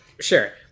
Sure